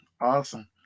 Awesome